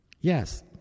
Yes